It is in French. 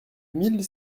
mille